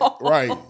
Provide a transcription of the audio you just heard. Right